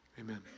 Amen